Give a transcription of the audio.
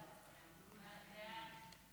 ההצעה להעביר את הצעת חוק הביטוח הלאומי (תיקון,